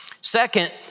Second